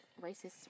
racist